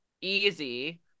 easy